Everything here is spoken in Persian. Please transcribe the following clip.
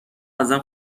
ازم